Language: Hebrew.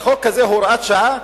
החוק הזה הוראת שעה,